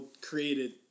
created